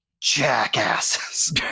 jackasses